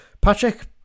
Patrick